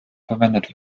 verwendet